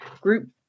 group